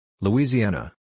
Louisiana